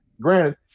Granted